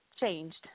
changed